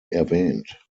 erwähnt